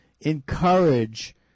encourage